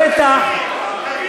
תביא נתונים, כמה אחוזים?